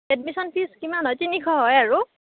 admission fees কিমান হয় তিনিশ হয় আৰু